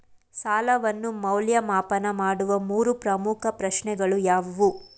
ಸಾಲವನ್ನು ಮೌಲ್ಯಮಾಪನ ಮಾಡುವ ಮೂರು ಪ್ರಮುಖ ಪ್ರಶ್ನೆಗಳು ಯಾವುವು?